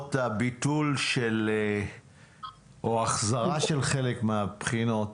בעקבות הביטול או החזרה של חלק מהבחינות,